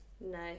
No